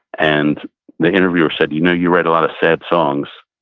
and the interviewer said, you know, you write a lot of sad songs.